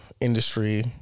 industry